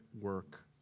work